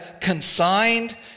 consigned